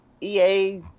EA